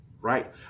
Right